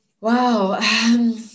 Wow